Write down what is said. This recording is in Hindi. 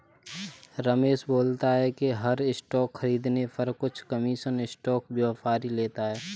रमेश बोलता है कि हर स्टॉक खरीदने पर कुछ कमीशन स्टॉक व्यापारी लेता है